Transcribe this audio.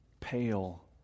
pale